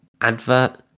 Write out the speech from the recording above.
advert